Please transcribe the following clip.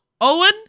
Owen